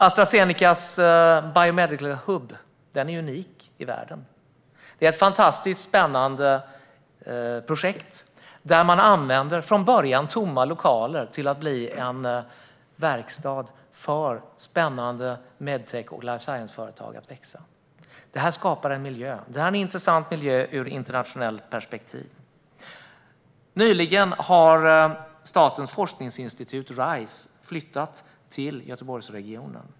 Astra Zenecas biomedical hub är unik i världen. Det är ett fantastiskt spännande projekt. Från början tomma lokaler görs om till en verkstad för spännande medtec och life science-företag att växa i. Det här skapar en intressant miljö ur ett internationellt perspektiv. Nyligen har statens forskningsinstitut Rice flyttat till Göteborgsregionen.